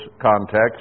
context